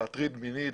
להטריד מינית.